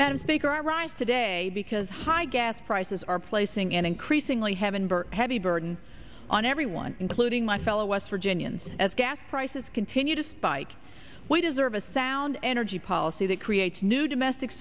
speaker i rise today because high gas prices are placing an increasingly heaven for heavy burden on everyone including my fellow west virginians as gas prices continue to spike we deserve a sound energy policy that creates new domestic